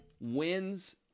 wins